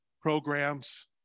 programs